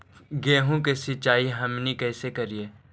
गेहूं के सिंचाई हमनि कैसे कारियय?